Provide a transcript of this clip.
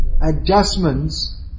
adjustments